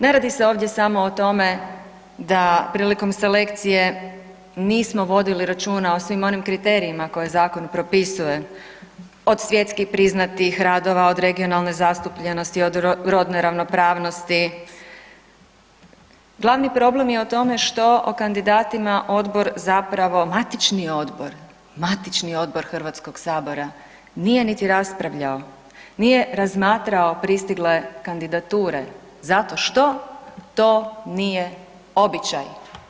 Ne radi se ovdje samo o tome da prilikom selekcije nismo vodili računa o svim onim kriterijima koje zakon propisuje od svjetski priznatih radova, od regionalne zastupljenosti, od rodne ravnopravnosti, glavni problem je u tome što o kandidatima zapravo, matični odbor, matični odbor Hrvatskog sabora nije niti raspravljao, nije razmatrao pristigle kandidature zato što to nije običaj.